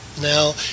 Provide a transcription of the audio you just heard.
Now